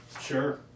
sure